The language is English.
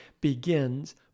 begins